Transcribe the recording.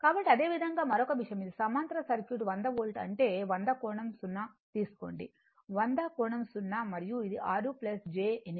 కాబట్టి అదేవిధంగా మరొక విషయం ఇది సమాంతర సర్క్యూట్ 100 వోల్ట్ అంటే 100 కోణం 0 తీసుకోండి 100 కోణం 0 మరియు ఇది 6 j 8 మరియు ఇది 4 j 3